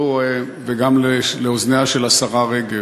וגם לאוזניה של השרה רגב,